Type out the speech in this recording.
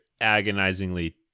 agonizingly